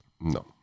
No